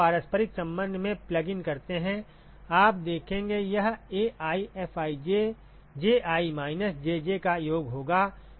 तो हम पारस्परिक संबंध में प्लग इन करते हैं आप देखेंगे कि यह AiFij Ji माइनस Jj का योग होगा